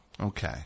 Okay